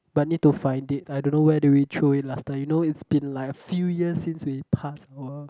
but need to find it I don't know where did we threw it last time you know it's been like a few years since we pass our